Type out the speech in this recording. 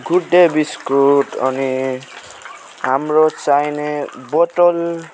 Good Day biscuit अनि हाम्रो चाहिने बोतल